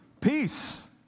Peace